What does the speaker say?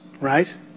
right